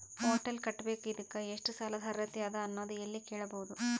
Hotel ಕಟ್ಟಬೇಕು ಇದಕ್ಕ ಎಷ್ಟ ಸಾಲಾದ ಅರ್ಹತಿ ಅದ ಅನ್ನೋದು ಎಲ್ಲಿ ಕೇಳಬಹುದು?